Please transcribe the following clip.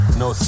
no